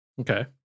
okay